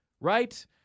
right